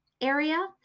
area